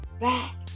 back